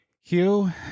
Hugh